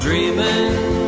Dreaming